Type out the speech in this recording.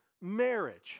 marriage